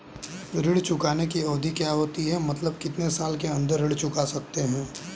ऋण चुकाने की अवधि क्या होती है मतलब कितने साल के अंदर ऋण चुका सकते हैं?